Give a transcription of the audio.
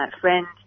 friends